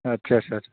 आच्चा आच्चा